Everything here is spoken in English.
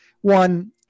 one –